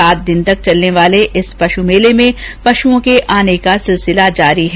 सात दिन तक चलने वाले इस पश मेले में पशओं के आने का सिलसिला जारी है